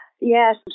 Yes